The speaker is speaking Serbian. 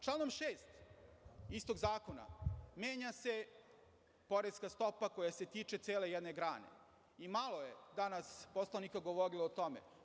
Članom 6. istog zakona menja se poreska stopa koja se tiče cele jedne grane i malo je danas poslanika govorilo o tome.